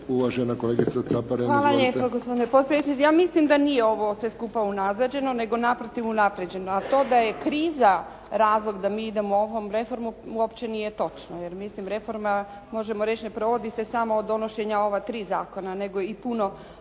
**Caparin, Karmela (HDZ)** Hvala lijepo gospodine potpredsjedniče. Ja mislim da nije ovo sve skupa unazađeno, nego naprotiv unaprjeđeno, a to da je kriza razlog da mi idemo ovom reformom, uopće nije točno jer mislim reforma možemo reći ne provodi se samo od donošenja ova tri zakona, nego i puno